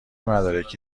مدارکی